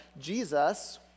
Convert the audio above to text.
Jesus